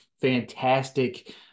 fantastic